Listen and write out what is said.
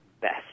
best